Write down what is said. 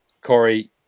Corey